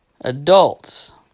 adults